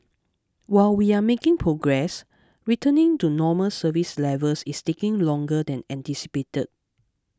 while we are making progress returning to normal service levels is taking longer than anticipated